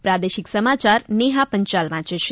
પ્રાદેશિક સમાચાર નેહા પંચાલ વાંચે છે